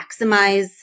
maximize